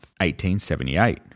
1878